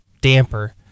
damper